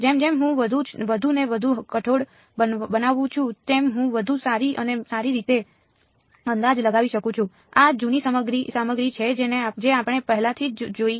જેમ જેમ હું વધુ ને વધુ કઠોળ બનાવું છું તેમ હું વધુ સારી અને સારી રીતે અંદાજ લગાવી શકું છું આ જૂની સામગ્રી છે જે આપણે પહેલાથી જ જોઈ છે